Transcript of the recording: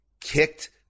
kicked